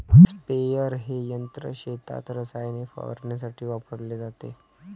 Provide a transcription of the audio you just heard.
sprayer हे यंत्र शेतात रसायने फवारण्यासाठी वापरले जाते